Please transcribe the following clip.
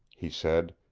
he said.